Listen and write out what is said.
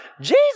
Jesus